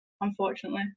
unfortunately